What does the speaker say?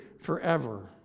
forever